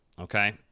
Okay